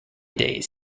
days